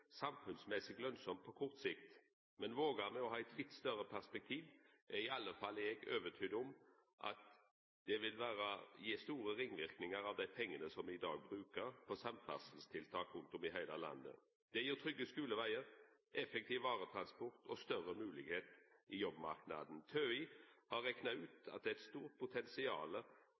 lønnsamt» på kort sikt. Men vågar me å ha eit litt større perspektiv, er iallfall eg overtydd om at dei pengane som me i dag brukar på samferdselstiltak rundt om i heile landet, vil gi store ringverknader. Det gir trygge skulevegar, effektiv varetransport og større moglegheit i jobbmarknaden. TØI har rekna ut at det er eit stort potensial